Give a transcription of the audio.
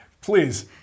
Please